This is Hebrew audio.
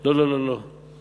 לא, לא, לא.